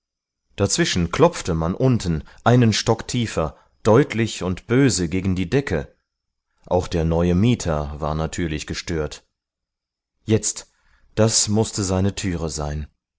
dazwischen klopfte man unten einen stock tiefer deutlich und böse gegen die decke auch der neue mieter war natürlich gestört jetzt das mußte seine türe sein